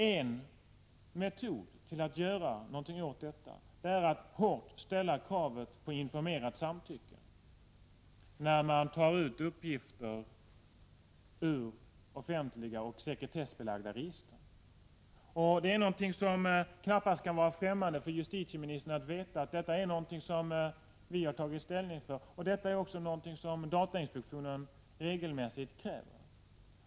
En metod är att hårt ställa kravet på informerat samtycke, när man tar ut uppgifter ur offentliga och sekretessbelagda register. Det kan knappast vara främmande för justitieministern att detta är något vi tagit ställning för och att det är något som datainspektionen regelmässigt kräver.